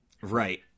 Right